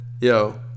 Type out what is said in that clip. Yo